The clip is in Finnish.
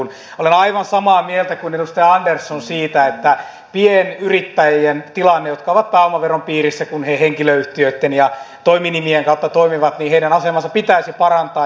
olen aivan samaa mieltä kuin edustaja andersson siitä että pienyrittäjien jotka ovat pääomaveron piirissä kun he henkilöyhtiöitten ja toiminimien kautta toimivat asemaa pitäisi parantaa